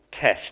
test